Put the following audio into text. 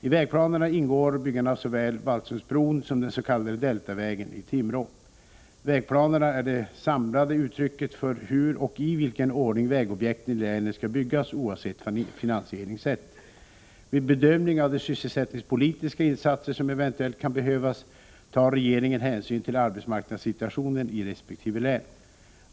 I vägplanerna ingår byggande av såväl Vallsundsbron som den s.k. Deltavägen i Timrå. Vägplanerna är det samlade uttrycket för hur och i vilken ordning vägobjekten i länen skall byggas oavsett finansieringssätt. Vid bedömning av de sysselsättningspolitiska insatser som eventuellt kan behövas tar regeringen hänsyn till arbetsmarknadssituationen i resp. län.